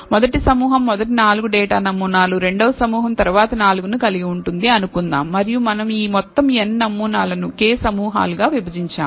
మొదటి సమూహం మొదటి 4 డేటా నమూనాలు రెండవ సమూహం తరువాతి 4 ను కలిగి ఉంటుంది అనుకుందాం మరియు మనం ఈ మొత్తం n నమూనాలను k సమూహాలుగా విభజించాము